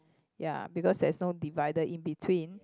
ya because there is no divider in between